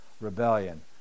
rebellion